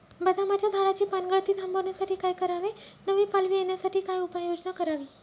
बदामाच्या झाडाची पानगळती थांबवण्यासाठी काय करावे? नवी पालवी येण्यासाठी काय उपाययोजना करावी?